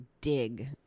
dig